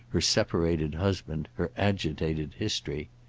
her separated husband, her agitated history.